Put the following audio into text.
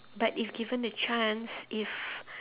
but if given the chance if